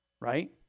right